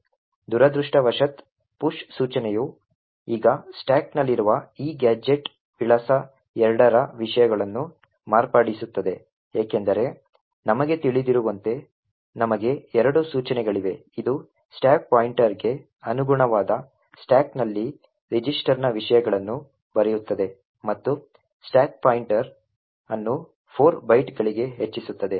ದುರದೃಷ್ಟವಶಾತ್ ಪುಶ್ ಸೂಚನೆಯು ಈಗ ಸ್ಟಾಕ್ನಲ್ಲಿರುವ ಈ ಗ್ಯಾಜೆಟ್ ವಿಳಾಸ 2 ರ ವಿಷಯಗಳನ್ನು ಮಾರ್ಪಡಿಸುತ್ತದೆ ಏಕೆಂದರೆ ನಮಗೆ ತಿಳಿದಿರುವಂತೆ ನಮಗೆ ಎರಡು ಸೂಚನೆಗಳಿವೆ ಅದು ಸ್ಟಾಕ್ ಪಾಯಿಂಟರ್ಗೆ ಅನುಗುಣವಾದ ಸ್ಟಾಕ್ನಲ್ಲಿ ರಿಜಿಸ್ಟರ್ನ ವಿಷಯಗಳನ್ನು ಬರೆಯುತ್ತದೆ ಮತ್ತು ಸ್ಟಾಕ್ ಪಾಯಿಂಟರ್ ಅನ್ನು 4 ಬೈಟ್ಗಳಿಗೆ ಹೆಚ್ಚಿಸುತ್ತದೆ